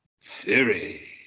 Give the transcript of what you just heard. Theory